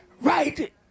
Right